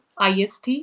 IST